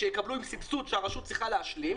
שיקבלו עם סבסוד שהרשות צריכה להשלים,